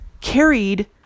carried